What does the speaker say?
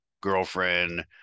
girlfriend